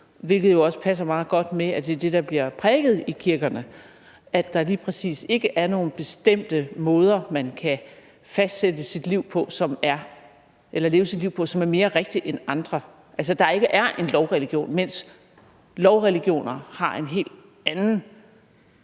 passer jo også meget godt med, at det er det, der bliver prædiket i kirkerne, nemlig at der lige præcis ikke er nogen bestemt måde, man kan leve sit liv på, som er mere rigtig end andre måder, at der altså ikke er en lovreligion, mens lovreligioner har en helt anden